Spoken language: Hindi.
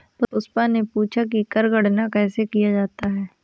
पुष्पा ने पूछा कि कर गणना कैसे किया जाता है?